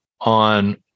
on